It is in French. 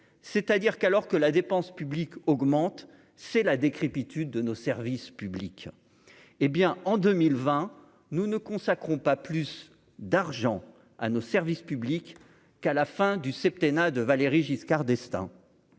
c'est-à-dire qu'alors que la dépense publique augmente c'est la décrépitude de nos services publics, hé bien en 2020 nous ne consacrons pas plus d'argent à nos services publics qu'à la fin du septennat de Valéry Giscard d'Estaing.